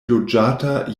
loĝata